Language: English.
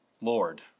Lord